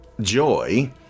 Joy